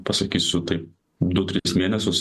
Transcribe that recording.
pasakysiu taip du tris mėnesius